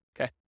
Okay